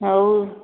ଆଉ